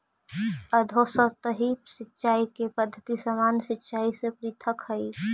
अधोसतही सिंचाई के पद्धति सामान्य सिंचाई से पृथक हइ